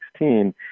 2016